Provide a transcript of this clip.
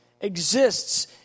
exists